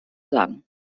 sagen